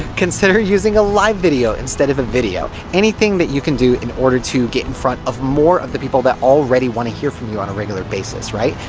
consider using a live video instead of a video, anything that you can do in order to get in front of more of the people that already wanna hear from you on a regular basis, right?